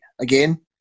again